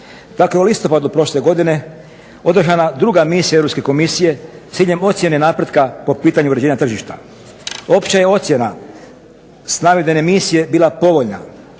Dakle, u listopadu prošle godine održana je druga misija Europske komisije ciljem ocjene napretka po pitanju uređenja tržišta. Opća je ocjena navedene misije bila povoljna,